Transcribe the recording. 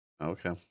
Okay